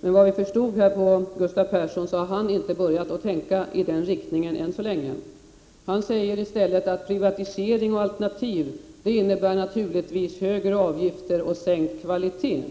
Men vi kan förstå att Gustav Persson inte har börjat tänka i den riktningen. Gustav Persson säger i stället att privatisering och alternativ naturligtvis innebär högre avgifter och sänkt kvalitet.